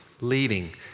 leading